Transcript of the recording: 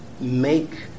make